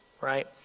Right